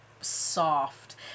soft